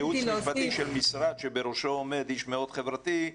כייעוץ משפטי של משרד שבראשו עומד איש מאוד חברתי,